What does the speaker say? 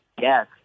Yes